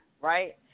right